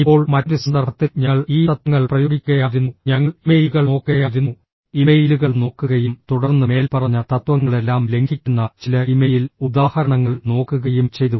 ഇപ്പോൾ മറ്റൊരു സന്ദർഭത്തിൽ ഞങ്ങൾ ഈ തത്വങ്ങൾ പ്രയോഗിക്കുകയായിരുന്നു ഞങ്ങൾ ഇമെയിലുകൾ നോക്കുകയായിരുന്നു ഇമെയിലുകൾ നോക്കുകയും തുടർന്ന് മേൽപ്പറഞ്ഞ തത്വങ്ങളെല്ലാം ലംഘിക്കുന്ന ചില ഇമെയിൽ ഉദാഹരണങ്ങൾ നോക്കുകയും ചെയ്തു